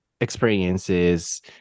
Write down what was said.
experiences